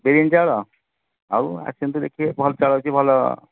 ବିରିୟାନୀ ଚାଉଳ ଆଉ ଆସନ୍ତୁ ଦେଖିବେ ଭଲ୍ ଚାଉଳ ଅଛି ଭଲ